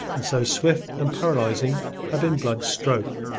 and so swift and paralyzing had been blood's stroke.